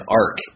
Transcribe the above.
arc